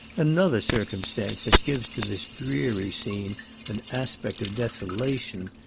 another circumstance that gives to this dreary scene an aspect of desolation,